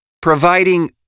providing